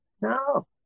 No